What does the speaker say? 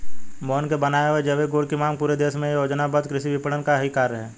मोहन के बनाए हुए जैविक गुड की मांग पूरे देश में यह योजनाबद्ध कृषि विपणन का ही कार्य है